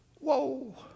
Whoa